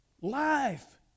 life